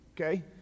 Okay